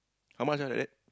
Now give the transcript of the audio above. how much like that